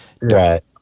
Right